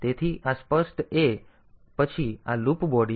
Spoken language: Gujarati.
તેથી આ સ્પષ્ટ a પછી આ લૂપ બોડી